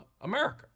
America